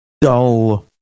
dull